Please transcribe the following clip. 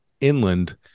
inland